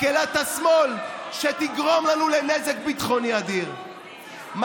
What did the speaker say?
מקהלת השמאל שתגרום לנו נזק ביטחוני אדיר,